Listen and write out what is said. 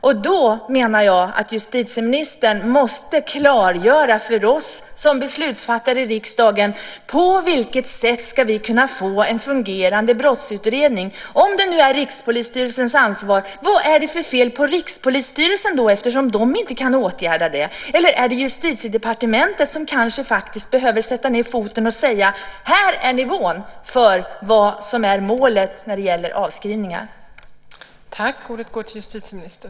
Jag menar att justitieministern måste klargöra för oss som beslutsfattare i riksdagen på vilket sätt vi ska kunna få en fungerande brottsutredning. Om det nu är Rikspolisstyrelsens ansvar är frågan: Vad det är för fel på Rikspolisstyrelsen eftersom den inte kan åtgärda det? Eller är det kanske Justitiedepartementet som behöver sätta ned foten och säga att här är nivån och målet vad gäller avskrivningar?